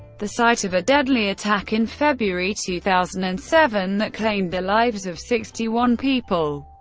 the site of a deadly attack in february two thousand and seven, that claimed the lives of sixty one people.